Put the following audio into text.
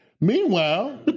Meanwhile